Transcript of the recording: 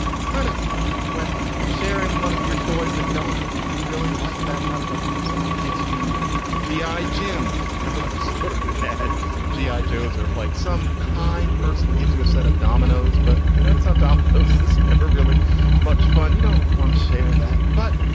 that's kind of when you're sharing one of your toys that you don't really like that much. like if somebody gives you g i. jim. remember that sort of bad g i. joe's or if, like, some kind person gives you a set of dominos, but you notice ah adopt this ever really much fun, you don't want to share that. but,